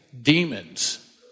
demons